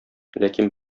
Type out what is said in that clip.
ләкин